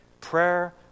prayer